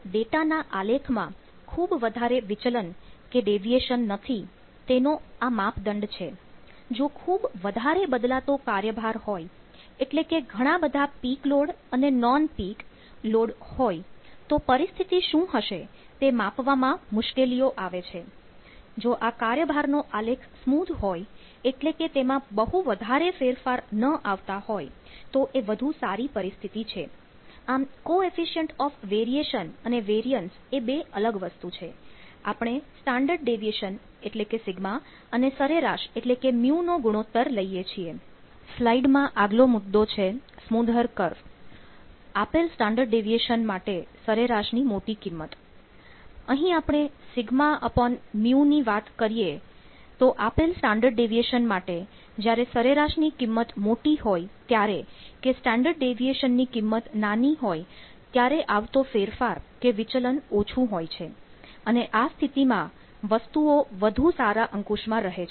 તો ડેટાના આલેખમાં ખૂબ વધારે વિચલન નો ગુણોત્તર લઈએ છીએ સ્લાઈડ માં આગલો મુદ્દો છે સ્મૂધર કર્વ આપેલ સ્ટાન્ડર્ડ ડેવિએશન માટે સરેરાશ માટે જ્યારે સરેરાશ ની કિંમત મોટી હોય ત્યારે કે સ્ટાન્ડર્ડ ડેવિએશન ની કિંમત નાની હોય ત્યારે આવતો ફેરફાર કે વિચલન ઓછું હોય છે અને આ સ્થિતિમાં વસ્તુઓ વધુ સારા અંકુશમાં રહે છે